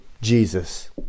Jesus